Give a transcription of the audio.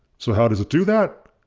so how does it do that?